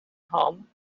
home